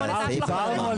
אבל על סעיף 4,